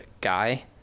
guy